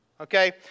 okay